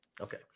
Okay